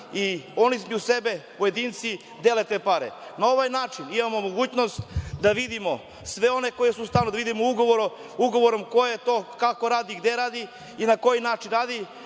i oni između sebe, pojedinci, dele te pare. Na ovaj način imamo mogućnost da vidimo sve one koji su u stanu, da vidimo ugovorom ko je to, kako radi, gde radi i na koji način radi,